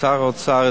את שר האוצר,